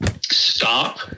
stop